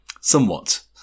somewhat